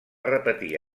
repetir